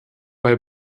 bei